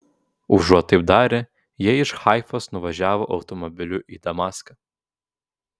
užuot taip darę jie iš haifos nuvažiavo automobiliu į damaską